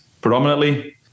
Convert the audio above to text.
predominantly